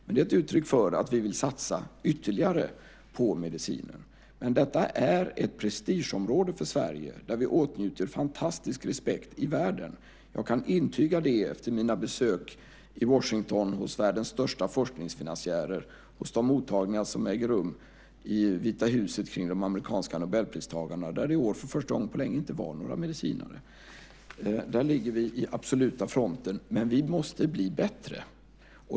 Men det är ett uttryck för att vi vill satsa ytterligare på medicinen. Men detta är ett prestigeområde för Sverige där vi åtnjuter fantastisk respekt i världen. Jag kan intyga det efter mina besök i Washington hos världens största forskningsfinansiärer och på de mottagningar som äger rum i Vita huset kring de amerikanska nobelpristagarna. I år är det första gången på länge som det inte var några medicinare. Där ligger vi i den absoluta fronten, men vi måste bli bättre.